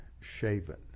shaven